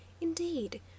Indeed